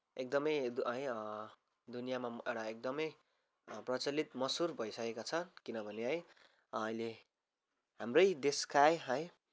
एकदमै है दुनियाँमा एउटा एकदमै प्रचलित मसहुर भइसकेको छ किनभने है अहिले हाम्रै देशका है है